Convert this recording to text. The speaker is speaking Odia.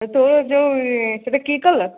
ଯେଉଁ ସେଇଟା କି କଲର୍